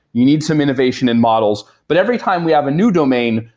you need some innovation and models, but every time we have a new domain,